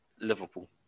Liverpool